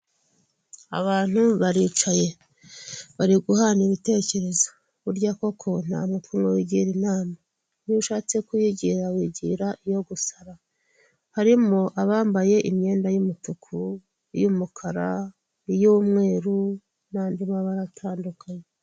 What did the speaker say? Abantu baricaye bari guhana ibitekerezo, burya koko ntamutima umwe wigira inama n'iyo ushatse kuyigira wigira iyo gusara. harimo abambaye imyenda y'umutuku, uy'umukara n'iyumweru n'andi mabara atandukanye.